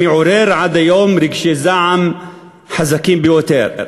המעורר עד היום רגשי זעם חזקים ביותר.